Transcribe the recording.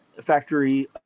factory